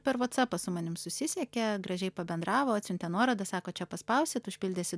per vatsapą su manim susisiekė gražiai pabendravo atsiuntė nuorodą sako čia paspausit užpildysit